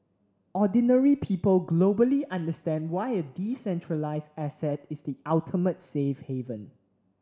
ordinary people globally understand why a decentralized asset is the ultimate safe haven